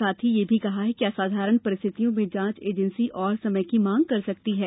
साथ ही यह भी कहा है कि असाधारण परिस्थितियों में जांच एजेंसी और समय की मांग कर सकती है